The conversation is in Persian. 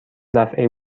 دفعه